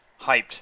hyped